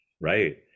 Right